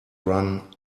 run